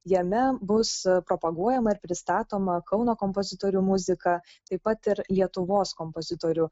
jame bus propaguojama ir pristatoma kauno kompozitorių muzika taip pat ir lietuvos kompozitorių